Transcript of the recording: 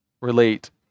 relate